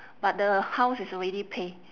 but the house is already pay